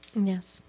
Yes